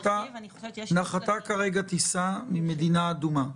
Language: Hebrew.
הסברה --- נחתה כרגע טיסה ממדינה אדומה.